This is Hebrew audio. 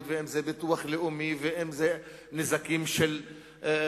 ואם זה ביטוח לאומי ואם זה נזקים אחרים,